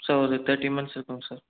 so ஒரு thirty months இருக்கும்ங்க sir